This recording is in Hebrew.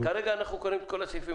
כרגע אנחנו מקריאים את כל הסעיפים